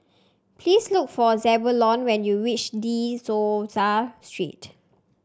please look for Zebulon when you reach De Souza Street